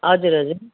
हजुर हजुर